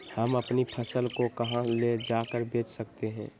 हम अपनी फसल को कहां ले जाकर बेच सकते हैं?